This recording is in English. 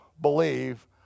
believe